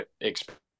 experience